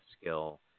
skill